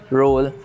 role